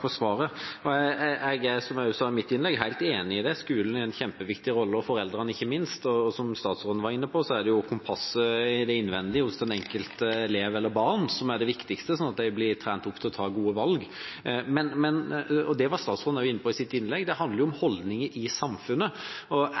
for svaret. Jeg er, som jeg også sa i mitt innlegg, helt enig i det. Skolen har en kjempeviktig rolle, og foreldrene ikke minst, og som statsråden var inne på, er det kompasset innvendig hos den enkelte elev eller det enkelte barn som er det viktigste, sånn at de blir trent opp til å ta gode valg. Men – og det var statsråden også inne på i sitt innlegg – det handler om holdninger i samfunnet. Jeg innrømmer glatt at når jeg reiser denne typen forslag og